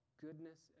goodness